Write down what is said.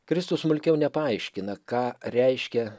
kristus smulkiau nepaaiškina ką reiškia